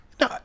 No